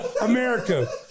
America